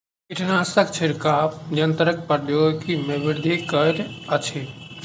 कीटनाशक छिड़काव यन्त्रक प्रौद्योगिकी में वृद्धि आयल अछि